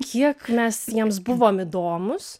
kiek mes jiems buvom įdomūs